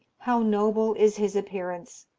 how noble is his appearance,